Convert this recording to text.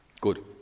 Good